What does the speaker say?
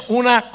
una